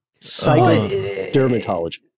Psychodermatology